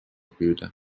püüda